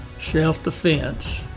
Self-Defense